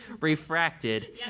refracted